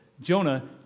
Jonah